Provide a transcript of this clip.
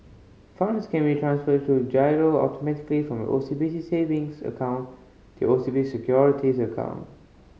funds can be transferred through giro automatically from O C B C savings account to O C B C Securities account